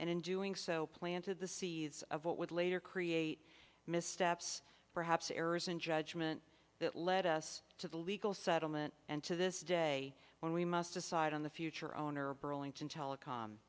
and in doing so planted the seeds of what would later create missteps perhaps errors in judgment that led us to the legal settlement and to this day when we must decide on the future owner of burlington telecom